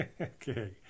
Okay